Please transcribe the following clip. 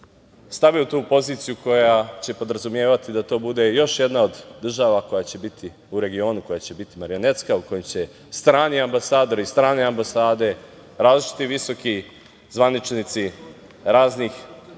stavio u tu poziciju koja će podrazumevati da to bude još jedna od država koja će biti u regionu, koja će biti marionetska, u kojoj će strani ambasadori, strane ambasade, različiti visoki zvaničnici raznih zapadnih